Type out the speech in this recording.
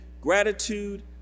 gratitude